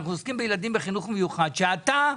אנחנו עוסקים בילדים בחינוך מיוחד שאתה,